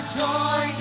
joy